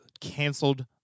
canceled